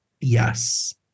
Yes